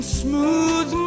smooth